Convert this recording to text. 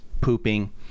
pooping